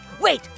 wait